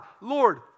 Lord